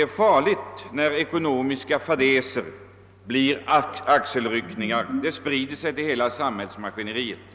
är farligt, när ekonomiska fadäser endast föranleder axelryckningar, det sprider sig till hela samhällsmaskineriet.